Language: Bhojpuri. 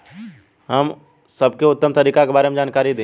हम सबके उत्तम तरीका के बारे में जानकारी देही?